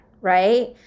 right